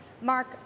Mark